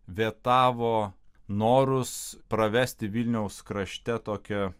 vetavo norus pravesti vilniaus krašte tokią